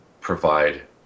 provide